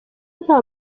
nta